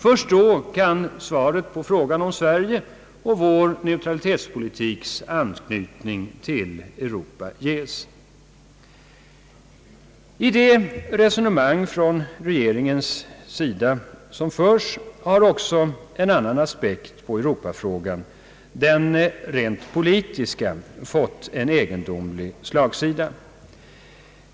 Först då kan svaret på frågan om Sverige och vår neutralitetspolitiks anknytning till Europa ges. I det resonemang som regeringen för har också en annan aspekt på Europafrågan, den rent politiska, fått en egendomlig slagsida.